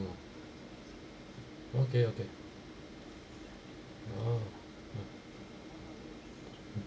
okay okay oh